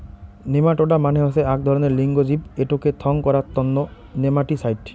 nematoda মানে হসে আক ধরণের লিঙ্গ জীব এটোকে থং করাং তন্ন নেমাটিসাইড